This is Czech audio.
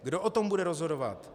Kdo o tom bude rozhodovat?